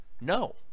No